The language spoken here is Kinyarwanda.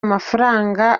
amafaranga